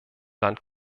land